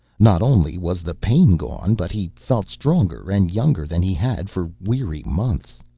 not only was the pain gone but he felt stronger and younger than he had for weary months.